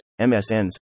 MSNs